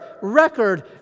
record